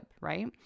right